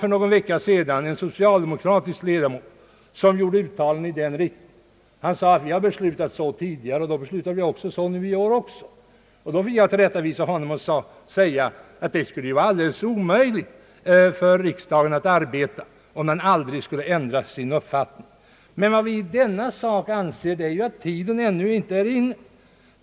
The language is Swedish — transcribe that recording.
För någon vecka sedan gjorde en socialdemokratisk ledamot uttalanden i den riktningen. Han sade att vi har beslutat på ett visst sätt tidigare, och därför beslutar vi så även i år. Då fick jag tillrättavisa honom och säga att det skulle vara alldeles omöjligt för riksdagen att arbeta om den aldrig skulle ändra sin uppfattning. Vad vi emellertid anser i denna fråga är att tiden ännu inte är inne för att vidtaga någon ändring.